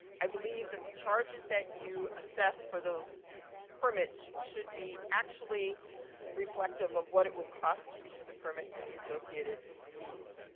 i believe that the charges that you assess for those permits should be actually reflective of what it will cost to issue the permit and the associated fees.